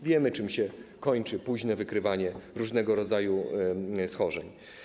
Wiemy, czym się kończy późne wykrywanie różnego rodzaju schorzeń.